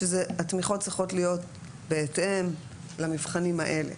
התמיכות צריכות להיות בהתאם למבחנים האלה,